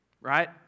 right